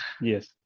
yes